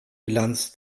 bilanz